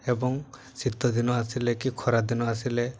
ଏବଂ ଶୀତ ଦିନ ଆସିଲେ କି ଖରା ଦିନ ଆସିଲେ